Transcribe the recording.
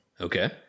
Okay